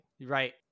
Right